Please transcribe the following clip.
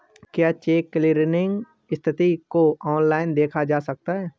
क्या cheque clearing स्थिति को ऑनलाइन देखा जा सकता है?